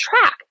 track